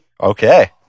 Okay